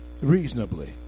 Reasonably